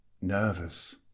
Nervous